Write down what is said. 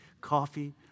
coffee